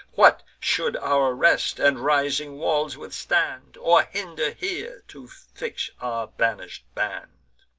what should our rest and rising walls withstand, or hinder here to fix our banish'd band?